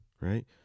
right